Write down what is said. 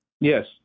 Yes